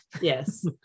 yes